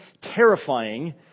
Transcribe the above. terrifying